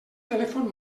telèfon